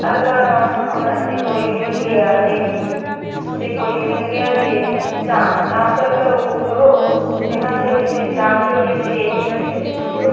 তার কারণ আমরা যদি কোই মিল গয়া দেখি সেই কোই মিল গয়াতে চাঁদ চাঁদ তো একটা উপগ্রহ সেখান থেকে সেই চাঁদ থেকে সেই এলিয়েন এসেছিল